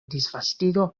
disvastigo